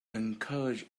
encourage